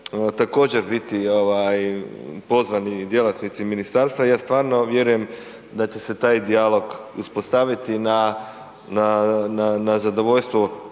također biti ovaj pozvani djelatnici ministarstva, ja stvarno vjerujem da će se taj dijalog uspostaviti na, na,